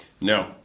No